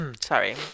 Sorry